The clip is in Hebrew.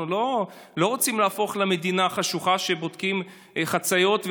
אנחנו לא רוצים להפוך למדינה חשוכה שבודקים בה חצאיות,